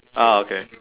ah okay